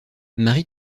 marie